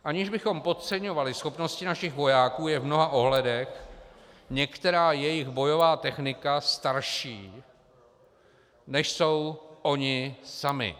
Aniž bychom podceňovali schopnosti našich vojáků, je v mnoha ohledech některá jejich bojová technika starší, než jsou oni sami.